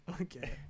Okay